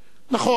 נכון,